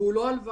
והוא לא הלוואה.